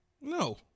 No